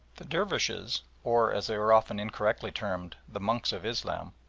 the dervishes, or, as they are often incorrectly termed, the monks of islam,